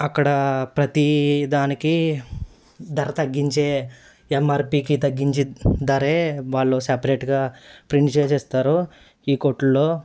అక్కడ ప్రతీ దానికి ధర తగ్గించే ఎమ్ఆర్పికి తగ్గించి ధరే వాళ్ళు సపరేట్గా ప్రింట్ చేసి ఇస్తారు ఈ కొట్టులల్లో